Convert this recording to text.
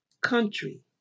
Country